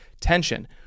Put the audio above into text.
tension